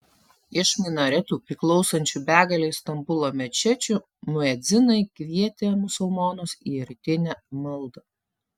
iš minaretų priklausančių begalei stambulo mečečių muedzinai kvietė musulmonus į rytinę maldą